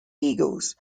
eagles